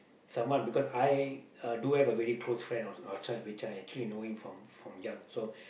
someone because I uh do have a really closed friend out~ outside which I actually know him from from young so